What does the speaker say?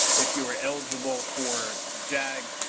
if you were eligible for jag,